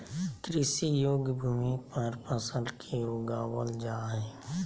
कृषि योग्य भूमि पर फसल के उगाबल जा हइ